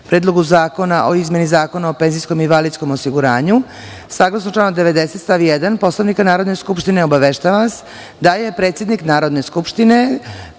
Predlogu zakona o izmeni Zakona o penzijskom i invalidskom osiguranju, saglasno članu 90. stav 1. Poslovnika Narodne skupštine, obaveštavam vas da je predsednik Narodne skupštine,